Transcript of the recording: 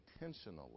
intentionally